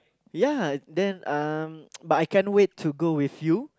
ya then um but I can't wait to go with you